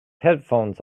headphones